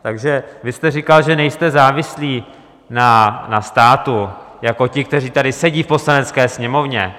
Takže vy jste říkal, že nejste závislý na státu jako ti, kteří tady sedí v Poslanecké sněmovně.